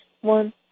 one